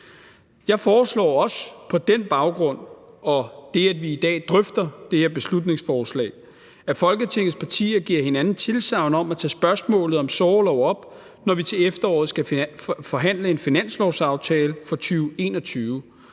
Jeg foreslår også på den baggrund og på baggrund af det, at vi i dag drøfter det her beslutningsforslag, at Folketingets partier giver hinanden tilsagn om at tage spørgsmålet om sorgorlov op, når vi til efteråret skal forhandle om en finanslovsaftale for 2021.